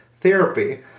therapy